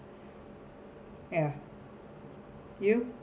ya you